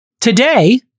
today